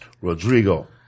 rodrigo